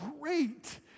great